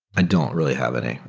i don't really have any.